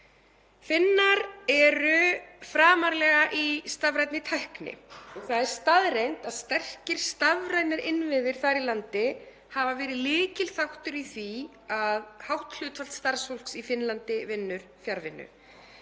Finnar eru framarlega í stafrænni tækni og það er staðreynd að sterkir stafrænir innviðir þar í landi hafa verið lykilþáttur í því að hátt hlutfall starfsfólks í Finnlandi vinnur fjarvinnu.